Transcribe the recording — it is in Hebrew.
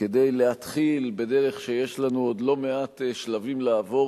כדי להתחיל בדרך שיש לנו עוד לא מעט שלבים לעבור